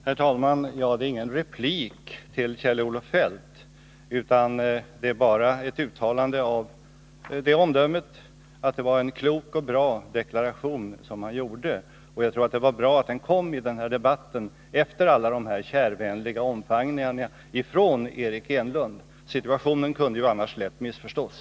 Herr talman! Detta är ingen replik till Kjell-Olof Feldt utan bara ett uttalande av omdömet att det var en klok och bra deklaration som han gjorde. Och jag tror att det var bra att den kom i den här debatten, efter alla de kärvänliga omfamningarna från Eric Enlund. Situationen kunde ju annars lätt missförstås.